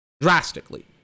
Drastically